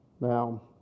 Now